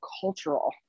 cultural